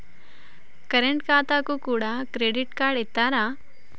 Current ఖాతాకు కూడా credit card ఇత్తరా?